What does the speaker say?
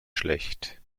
schlecht